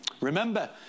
remember